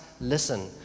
listen